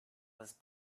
was